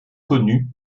connu